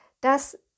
dass